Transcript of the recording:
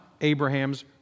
Abraham's